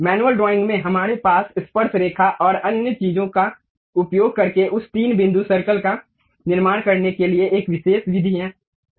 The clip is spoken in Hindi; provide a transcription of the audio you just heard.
मैनुअल ड्राइंग में हमारे पास स्पर्शरेखा और अन्य चीजों का उपयोग करके उस तीन बिंदु सर्कल का निर्माण करने के लिए एक विशेष विधि है